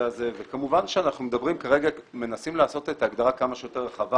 הזה וכמובן שאנחנו מנסים לעשות את ההגדרה כמה שיותר רחבה